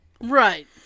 Right